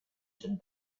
shut